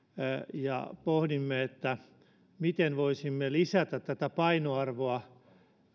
ja pohdimme miten voisimme lisätä tätä painoarvoa